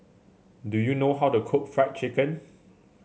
do you know how to cook Fried Chicken